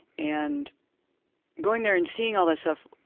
and going there and seeing all this stuff,